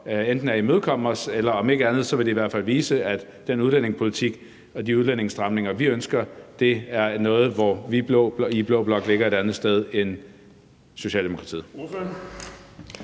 for at imødekomme os; om ikke andet vil det i hvert fald vise, at den udlændingepolitik og de udlændingestramninger, vi ønsker, er noget, hvor vi i blå blok ligger et andet sted end Socialdemokratiet.